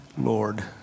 Lord